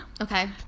Okay